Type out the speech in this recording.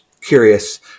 curious